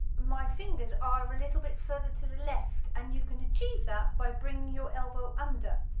my fingers are a little bit further to the left and you can achieve that by bringing your elbow under,